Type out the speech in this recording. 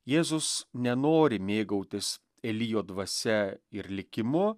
jėzus nenori mėgautis elijo dvasia ir likimu